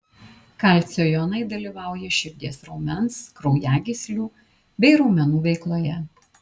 kalcio jonai dalyvauja širdies raumens kraujagyslių bei raumenų veikloje